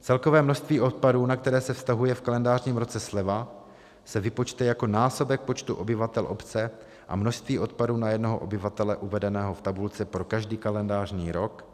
Celkové množství odpadů, na které se vztahuje v kalendářním roce sleva, se vypočte jako násobek počtu obyvatel obce a množství odpadu na jednoho obyvatele uvedeného v tabulce pro každý kalendářní rok,